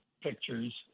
pictures